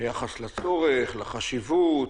ביחס לצורך, לחשיבות,